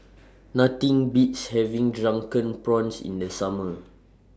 Nothing Beats having Drunken Prawns in The Summer